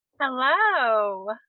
Hello